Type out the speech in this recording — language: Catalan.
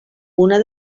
una